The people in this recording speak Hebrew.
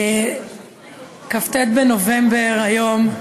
כ"ט בנובמבר היום,